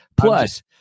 plus